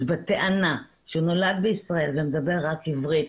בטענה שהוא נולד בישראל ומדבר רק עברית,